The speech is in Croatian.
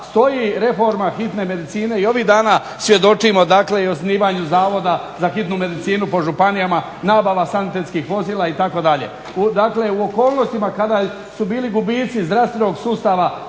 stoji reforma hitne medicine i ovih dana svjedočimo dakle i osnivanju Zavoda za hitnu medicinu po županijama, nabava sanitetskih vozila itd. Dakle, u okolnostima kada su bili gubici zdravstvenog sustava